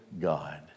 God